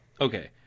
okay